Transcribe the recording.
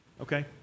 okay